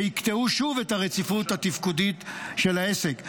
שיקטעו שוב את הרציפות התפקודית של העסק.